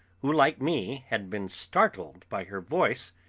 who, like me, had been startled by her voice,